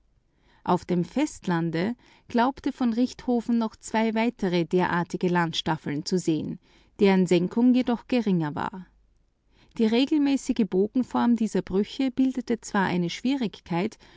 auf dem festlande glaubte richthofen noch zwei weitere derartige landstaffeln zu sehen deren senkung jedoch geringer war die regelmäßige bogenform dieser brüche bildete zwar eine schwierigkeit